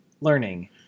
learning